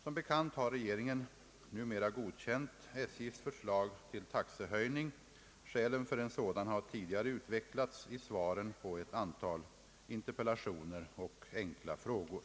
Som bekant har regeringen numera godkänt SJ:s förslag till taxehöjning. Skälen för en sådan har tidigare utvecklats i svaren på ett antal interpellationer och enkla frågor.